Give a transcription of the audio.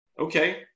Okay